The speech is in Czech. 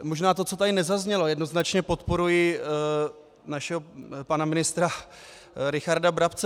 Možná to, co tady nezaznělo jednoznačně podporuji našeho pana ministra Richarda Brabce.